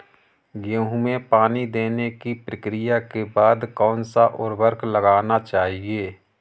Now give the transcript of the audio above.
गेहूँ में पानी देने की प्रक्रिया के बाद कौन सा उर्वरक लगाना चाहिए?